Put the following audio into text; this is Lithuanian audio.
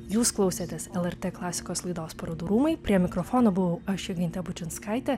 jūs klausėtės lrt klasikos laidos parodų rūmai prie mikrofono buvau aš jogintė bučinskaitė